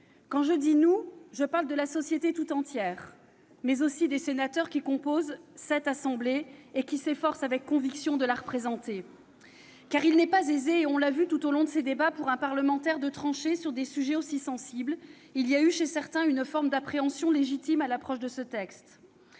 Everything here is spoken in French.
Quand je dis « nous », je parle de la société tout entière, mais aussi des sénateurs qui composent cette assemblée et qui s'efforcent, avec conviction, de la représenter. Comme on l'a vu tout au long de ses débats, il n'est pas aisé, pour un parlementaire, de trancher sur des sujets aussi sensibles. Il y a eu, chez certains, une forme d'appréhension légitime à l'approche de l'examen